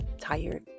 tired